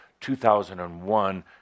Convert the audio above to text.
2001